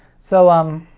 so, um,